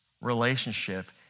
relationship